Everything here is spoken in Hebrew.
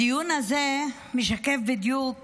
הדיון הזה משקף בדיוק